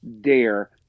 dare